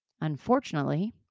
Unfortunately